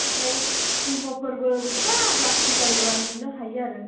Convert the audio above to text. ओमफ्राय सिंहोरबो बोरैबा लाखि जायोब्ला नुनो हायो आरो